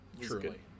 truly